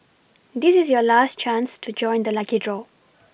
this is your last chance to join the lucky draw